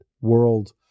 world